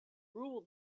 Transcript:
rule